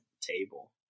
table